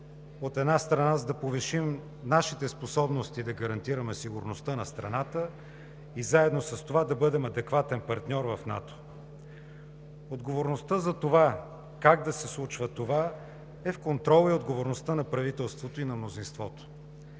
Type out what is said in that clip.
От една страна, за да повишим нашите способности, да гарантираме сигурността на страната и заедно с това да бъдем адекватен партньор в НАТО. Отговорността за това как да се случва това е в контрола и отговорността на правителството и на мнозинството.